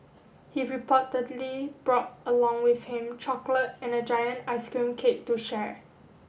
he reportedly brought along with him chocolate and a giant ice cream cake to share